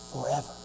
forever